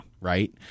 Right